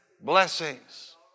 blessings